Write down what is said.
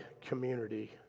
community